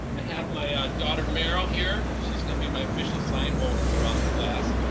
i have my ah daughter meryl here, she's gonna be my official sign holder throughout the class,